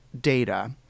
data